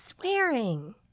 swearing